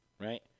right